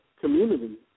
community